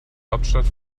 hauptstadt